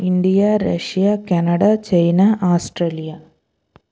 India Russia Canada China Australia